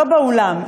לא באולם,